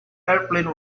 airplane